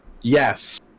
Yes